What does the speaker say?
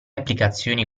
applicazioni